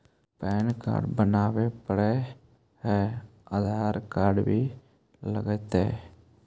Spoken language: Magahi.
पैन कार्ड बनावे पडय है आधार कार्ड भी लगहै?